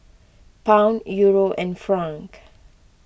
Pound Euro and franc